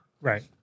Right